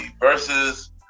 versus